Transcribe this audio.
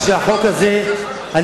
אומר: הפתרון הזה הוא לא הפתרון הנכון.